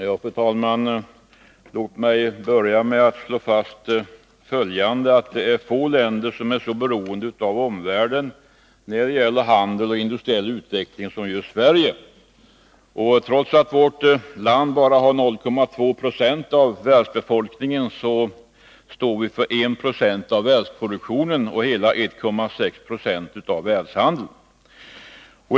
Fru talman! Låt mig börja med att slå fast att få länder är så beroende av omvärlden när det gäller handel och industriell utveckling som just Sverige. Trots att vårt land bara har 0,2 96 av världsbefolkningen står vi för 1 90 av världsproduktionen och hela 1,6 76 av världshandeln.